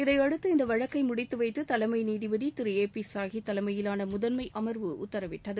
இதையடுத்து இந்த வழக்கை முடித்துவைத்து தலைமை நீதிபதி திரு ஏ பி சாஹி தலைமையிலான முதன்மை அமர்வு உத்தரவிட்டது